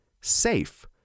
SAFE